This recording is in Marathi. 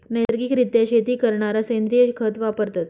नैसर्गिक रित्या शेती करणारा सेंद्रिय खत वापरतस